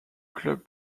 club